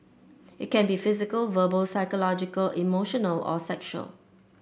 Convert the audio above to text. it can be physical verbal psychological emotional or sexual